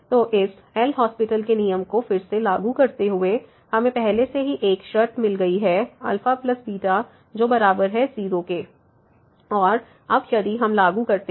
तो इस L'Hospital LHospital के नियम को फिर से लागू करते हुए हमें पहले से ही एक शर्त मिल गई है αβ जो बराबर है 0 के और अब यदि हम लागू करते हैं